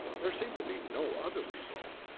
there seemed to be no other result.